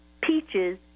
Peaches